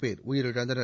பேர் உயிரிழந்தனர்